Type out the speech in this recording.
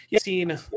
seen